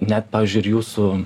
net pavyzdžiui ir jūsų